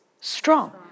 Strong